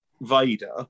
Vader